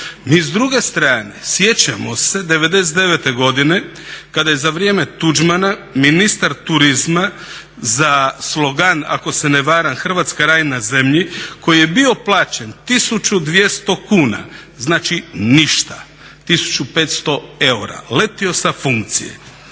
Mi s druge strane sjećamo se 99.godine kada je za vrijeme Tuđmana ministar turizma za slogan ako se ne varam Hrvatska, raj na zemlji koji je bio plaćen 1200 kuna, znači ništa, 1500 eura letio sa funkcije.